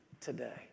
today